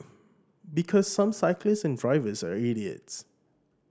because some cyclists and drivers are idiots